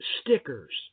stickers